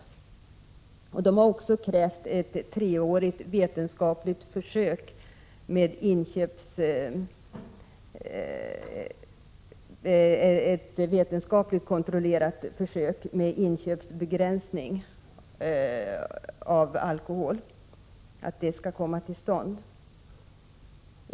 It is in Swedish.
De har också krävt att ett treårigt vetenskapligt försök med begränsning av alkoholinköpen kommer till stånd.